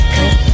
Cause